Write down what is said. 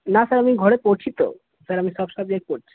না স্যার আমি ঘরে পড়ছি তো স্যার আমি সব সাবজেক্ট পড়ছি